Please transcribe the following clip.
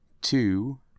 two